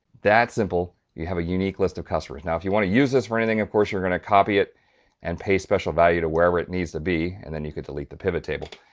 that's simple, you have a unique list of customers. now if you want to use this for anything, of course, you're going to copy it and paste special values to wherever it needs to be, and then you could delete the pivot table.